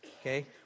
Okay